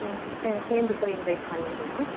ஆ ட சேர்ந்து போய் இன்வைட் பண்ணிடலாம்